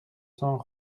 cents